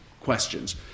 questions